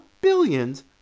billions